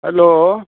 hello